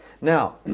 Now